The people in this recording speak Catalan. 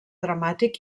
dramàtic